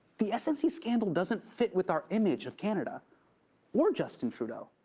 the snc scandal doesn't fit with our image of canada or justin trudeau.